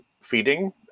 feeding